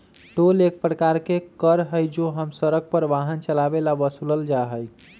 toll एक प्रकार के कर हई जो हम सड़क पर वाहन चलावे ला वसूलल जाहई